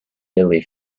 billy